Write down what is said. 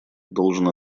должен